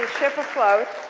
ship afloat.